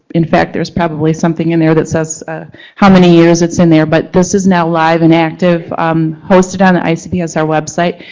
in fact, there's probably something in there that says how many years it's in there. but this is now live and active hosted on the icpsr website.